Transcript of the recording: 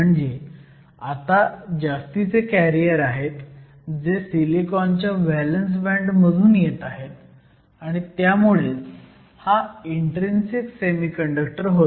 म्हणजे आता जास्तीचे कॅरियर आहेत जे सिलिकॉनच्या व्हॅलंस बँड मधून येत आहेत आणि त्यामुळेच हा इन्ट्रीन्सिक सेमीकंडक्टर होतो